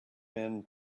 men